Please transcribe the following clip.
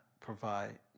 provide